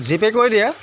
GPay কৰি দিয়া